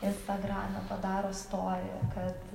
instagrame padaro storį kad